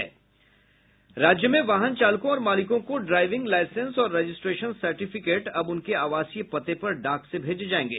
राज्य में वाहन चालकों और मालिकों को ड्राईविंग लाईसेंस और रजिस्ट्रेशन सर्टिफिकेट अब उनके आवासीय पते पर डाक से भेजे जायेंगे